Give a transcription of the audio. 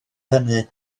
hynny